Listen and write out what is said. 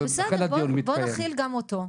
לכן הדיון מתקיים בואו נכיל גם אותו,